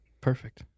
Perfect